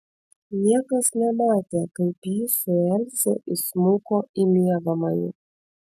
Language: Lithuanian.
niekas nematė kaip jis su elze įsmuko į miegamąjį